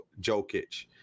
jokic